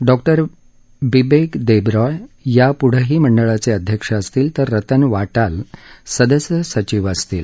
डॉ बिबेक देबरॉय यापुढंही मंडळाचे अध्यक्ष असतील तर रतन वाटाल सदस्य सचिव असतील